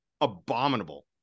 abominable